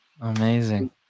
Amazing